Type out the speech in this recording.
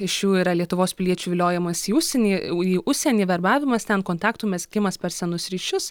iš jų yra lietuvos piliečių viliojimas į užsienį į užsienį verbavimas ten kontaktų mezgimas per senus ryšius